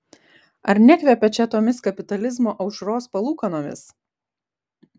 ar nekvepia čia tomis kapitalizmo aušros palūkanomis